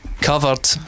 covered